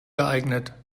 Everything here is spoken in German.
geeignet